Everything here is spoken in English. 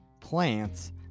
plants